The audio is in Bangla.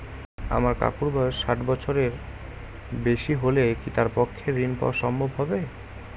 আমার কাকুর বয়স ষাট বছরের বেশি হলে কি তার পক্ষে ঋণ পাওয়া সম্ভব হবে?